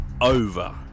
Over